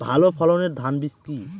ভালো ফলনের ধান বীজ কি?